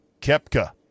Kepka